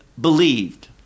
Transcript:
believed